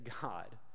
God